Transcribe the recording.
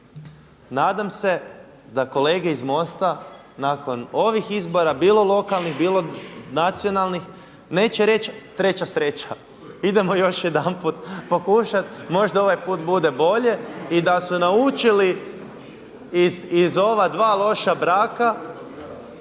nadam da kolege iz MOST-a nakon ovih izbora, bilo lokalnih, bilo nacionalnih neće reći treća sreća, idemo još jedanput pokušat, možda ovaj put bude bolje i da su naučili iz ova dva loša braka